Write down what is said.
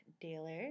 Dealers